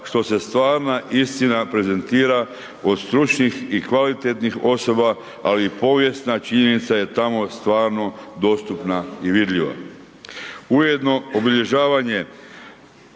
što se stvarna istina prezentira od stručnih i kvalitetnih osoba, ali i povijesna činjenica je tamo stvarno dostupna i vidljiva. Ujedno obilježavanje